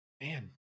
man